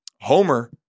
homer